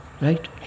right